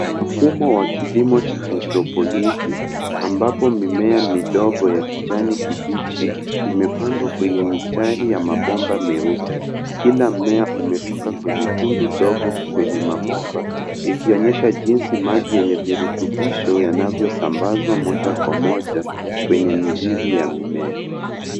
Mfumo wa kilimo cha haidroponiki ambapo momea midogo ya kijani kibichi imepandwa kwenye mistari ya mabomba meupe, kila mmea umetoka kwenye tundu dogo kwenye mabomba ikionyesha jinsi maji yenye virutubisho yanavyo sambazwa moja kwa moja kwenye mizizi ya mimea.